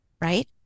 right